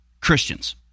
Christians